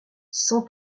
sans